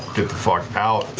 get the fuck out.